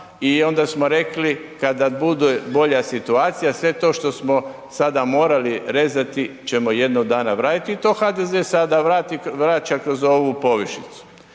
i onda smo rekli kada bude bolja situacija, sve to što smo sada morali rezati ćemo jednog dana vratiti i to HDZ vraća kroz ovu povišicu